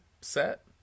set